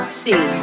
see